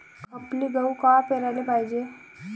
खपली गहू कवा पेराले पायजे?